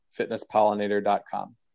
fitnesspollinator.com